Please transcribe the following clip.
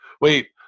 wait